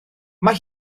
mae